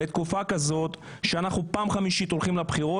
בתקופה כזאת כאשר אנחנו פעם חמישית הולכים לבחירות,